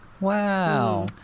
Wow